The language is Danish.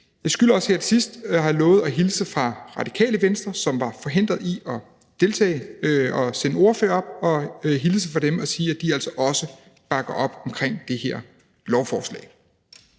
Jeg skylder også her til sidst at sige, at jeg har lovet at hilse fra Det Radikale Venstre, som var forhindret i at sende en ordfører, og sige, at de altså også bakker op om det her lovforslag.